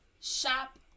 Shop